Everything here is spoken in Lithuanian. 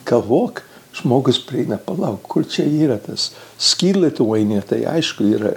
galvok žmogus prieina palauk kur čia yra tas ski litueinia tai aišku yra